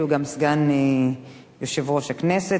שהוא גם סגן יושב-ראש הכנסת,